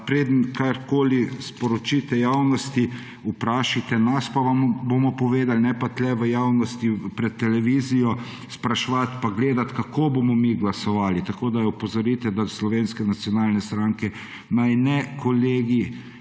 preden karkoli sporočite javnosti, vprašate nas pa vam bomo povedali. Ne pa tukaj v javnosti pred televizijo spraševati pa gledati, kako bomo mi glasovali. Tako da jo opozorite, da naj Slovenske nacionalne stranke kolegi